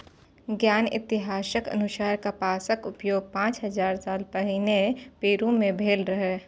ज्ञात इतिहासक अनुसार कपासक उपयोग पांच हजार साल पहिने पेरु मे भेल रहै